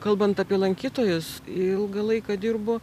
kalbant apie lankytojus ilgą laiką dirbu